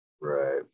right